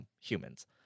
humans